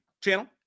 channel